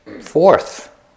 fourth